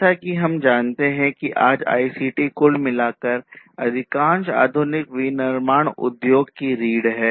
जैसा कि हम जानते हैं कि आज आईसीटी कुल मिलाकर अधिकांश आधुनिक विनिर्माण उद्योग की रीढ़ है